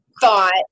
thought –